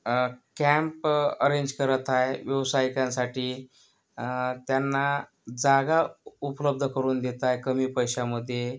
camp arrange करत आहे व्यावसायिकांसाठी त्यांना जागा उपलब्ध करून देत आहे कमी पैशामध्ये